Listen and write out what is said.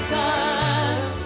time